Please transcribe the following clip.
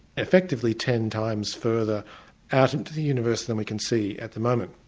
effectively ten times further out into the universe than we can see at the moment.